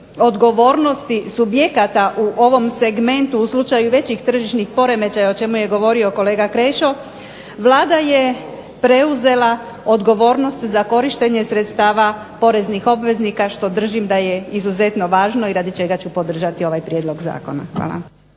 odgovornosti subjekata u ovom segmentu u slučaju većih tržišnih poremećaja, o čemu je govorio kolega Krešo, Vlada je preuzela odgovornost za korištenje sredstava poreznih obveznika što držim da je izuzetno važno i radi čega ću podržati ovaj prijedlog zakona. Hvala.